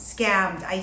Scammed